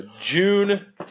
June